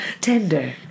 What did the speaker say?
Tender